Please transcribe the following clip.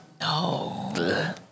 No